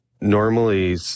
normally